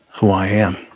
who i am